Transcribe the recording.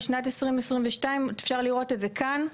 זה שנת 2022 ואפשר לראות את זה כאן.